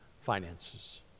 finances